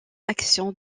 action